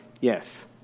Yes